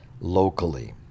locally